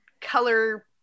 color